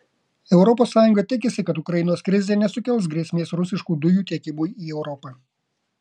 europos sąjunga tikisi kad ukrainos krizė nesukels grėsmės rusiškų dujų tiekimui į europą